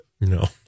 No